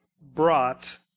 brought